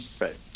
Right